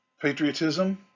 patriotism